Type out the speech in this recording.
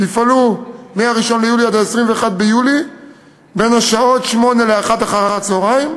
שיפעלו מ-1 ביולי עד 21 ביולי בשעות 08:00 13:00,